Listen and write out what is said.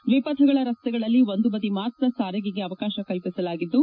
ದ್ವಿಪಥಗಳ ರಸ್ತೆಗಳಲ್ಲಿ ಒಂದು ಬದಿ ಮಾತ್ರ ಸಾರಿಗೆಗೆ ಅವಕಾಶ ಕಲ್ಪಿಸಲಾಗಿದ್ದು